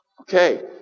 Okay